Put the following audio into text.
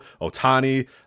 Otani